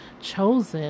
chosen